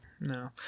No